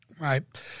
Right